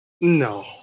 No